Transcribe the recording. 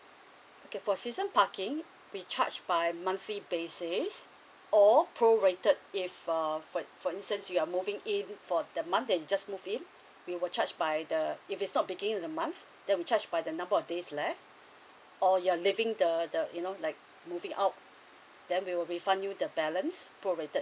okay for season parking we charge by monthly basis or per rated if uh for for instance you're moving in for the month that just move in we will charge by the if it's not picking you the month then we charge by the number of days left or you're living the the you know like moving out then we will refund you the balance per rated